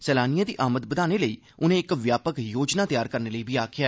सैलानिएं दी आमद बघाने लेई उनें इक व्यापक योजना तैयार करने लेई बी आक्खेआ